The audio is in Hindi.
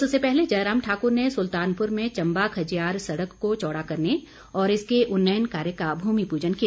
इससे पहले जयराम ठाकुर ने सुल्तानपुर में चम्बा खजियार सड़क को चौड़ा करने और इसके उन्नयन कार्य का भूमि पूजन किया